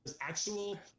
actual